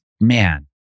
Man